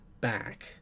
back